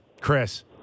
Chris